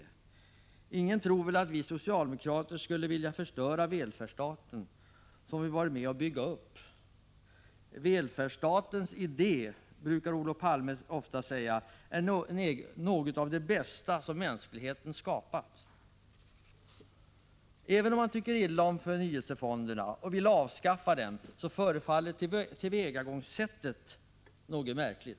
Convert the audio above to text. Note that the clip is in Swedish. Ingen tror väl att vi socialdemokrater skulle vilja förstöra den välfärdsstat som vi har varit med om att bygga upp. Välfärdsstatens idé — brukade Olof Palme ofta säga — är något av det bästa som mänskligheten har skapat. Även om de borgerliga partierna tycker illa om förnyelsefonderna och vill avskaffa dem, förefaller tillvägagångssättet något märkligt.